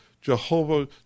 jehovah